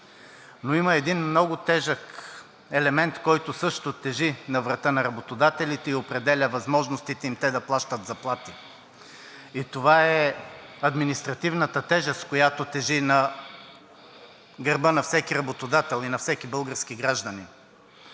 Има един много тежък елемент, който също тежи на врата на работодателите и определя възможностите им те да плащат заплати, и това е административната тежест, която тежи на гърба на всеки работодател и на всеки български гражданин.